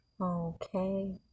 Okay